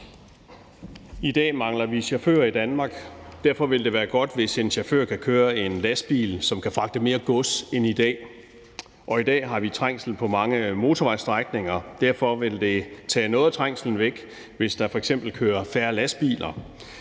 I dag mangler vi chauffører i Danmark. Derfor vil det være godt, hvis chauffører kan køre en lastbil, som kan fragte mere gods end i dag. I dag har vi trængsel på mange motorvejsstrækninger, og derfor vil det tage noget af trængslen væk, hvis der f.eks. kører færre lastbiler